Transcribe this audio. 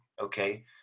okay